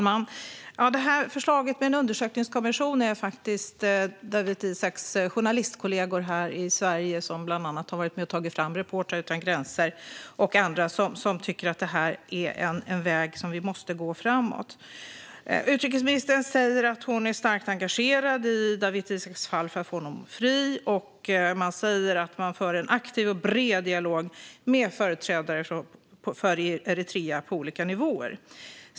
Fru talman! Förslaget om en undersökningskommission har bland andra Dawit Isaaks journalistkollegor här i Sverige varit med och tagit fram. Reportrar utan gränser och andra tycker att detta är den väg som vi måste gå för att komma framåt. Utrikesministern säger att hon är starkt engagerad i Dawit Isaaks fall för att få honom fri och att man för en aktiv och bred dialog med företrädare för Eritrea på olika nivåer.